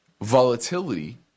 volatility